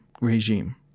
regime